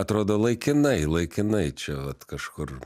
atrodo laikinai laikinai čia vat kažkur